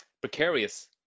precarious